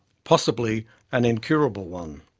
possibly an incurable one.